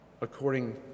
According